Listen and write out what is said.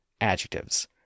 adjectives